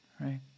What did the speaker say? right